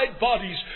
bodies